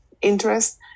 interest